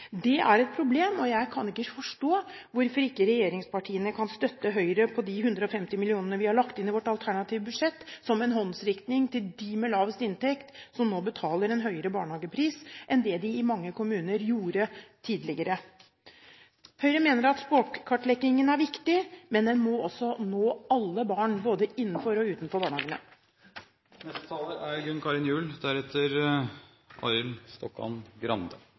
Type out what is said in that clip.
Det er et problem, og jeg kan ikke forstå hvorfor ikke regjeringspartiene kan støtte Høyre når det gjelder de 150 mill. kr som vi har lagt inn i vårt alternative budsjett, som en håndsrekning til dem med lavest inntekt, og som nå betaler en høyere barnehagepris enn det de i mange kommuner gjorde tidligere. Høyre mener at språkkartleggingen er viktig, men den må også nå alle barn både innenfor og utenfor barnehagene.